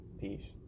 peace